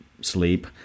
sleep